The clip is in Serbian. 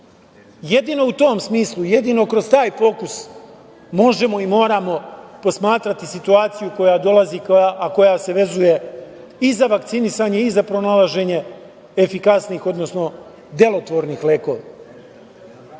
u tom smislu, jedino kroz taj fokus možemo i morati posmatrati situaciju koja dolazi, a koja se vezuje i za vakcinisanje i za pronalaženje efikasnih, odnosno delotvornih lekova. Kad